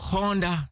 Honda